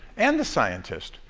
and the scientist,